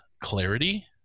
clarity